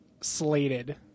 slated